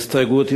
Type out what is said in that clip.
בהסתייגות,